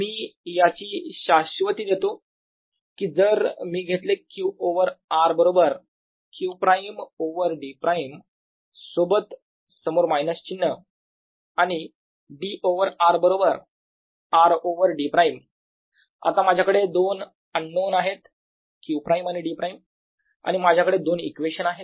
मी याची शाश्वती देतो की जर मी घेतले q ओव्हर r बरोबर q′ ओव्हर d′ सोबत समोर मायनस चिन्ह आणि d ओव्हर R बरोबर R ओव्हर d′ आता माझ्याकडे दोन अननोन आहेत q′ आणि d′ आणि माझ्याकडे दोन इक्वेशन आहेत